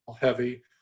heavy